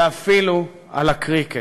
ואפילו על הקריקט.